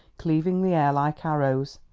cleaving the air like arrows.